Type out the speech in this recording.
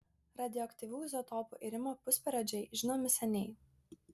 radioaktyvių izotopų irimo pusperiodžiai žinomi seniai